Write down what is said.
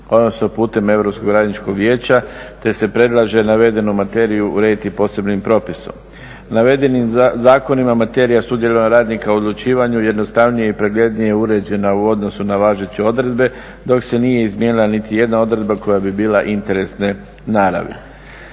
odnosno putem Europskog radničkog vijeća te se predlaže navedenu materiju urediti posebnim propisom. Navedenim zakonima materija sudjelovanja radnika u odlučivanju jednostavnije i preglednije je uređena u odnosu na važeće odredbe, dok se nije izmijenila niti jedna odredba koja bi bila interesne naravi.